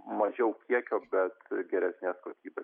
mažiau kiekio bet geresnės kokybės